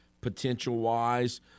potential-wise